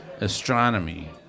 astronomy